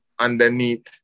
underneath